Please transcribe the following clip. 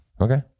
Okay